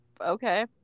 okay